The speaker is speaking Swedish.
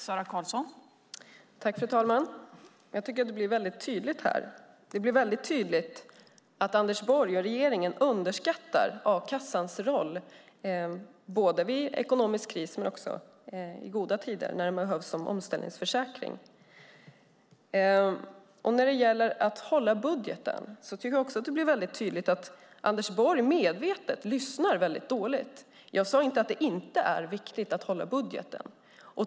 Fru talman! Jag tycker att det blir väldigt tydligt. Det blir tydligt att Anders Borg och regeringen underskattar a-kassans roll vid ekonomisk kris men också i goda tider, när den behövs som omställningsförsäkring. När det gäller att hålla budgeten tycker jag också att det blir tydligt att Anders Borg medvetet lyssnar dåligt. Jag sade inte att det inte är viktigt att hålla budgeten.